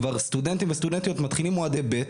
כבר סטודנטים וסטודנטיות מתחילים מועדי ב'.